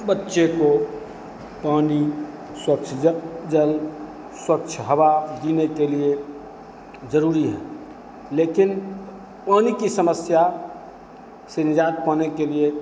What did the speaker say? बच्चे को पानी स्वच्छ जल स्वच्छ हवा जीने के लिए ज़रूरी है लेकिन पानी की समस्या से निज़ात पाने के लिए